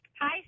Hi